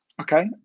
Okay